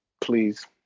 Please